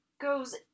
goes